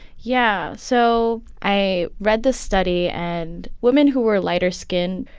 yeah. so i read the study. and women who were lighter skinned,